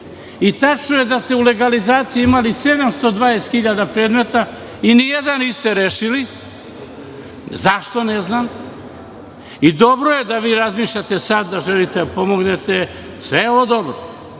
Tačno je da ste u legalizaciji imali 720 hiljada predmeta i ni jedan niste rešili. Zašto, ne znam. Dobro je da vi sada razmišljate da želite da pomognete, sve je ovo dobro,